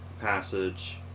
passage